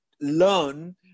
learn